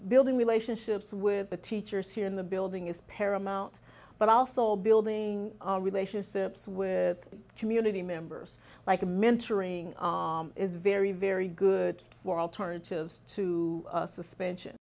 building relationships with the teachers here in the building is paramount but also building relationships with community members like a mentoring is very very good for alternatives to suspension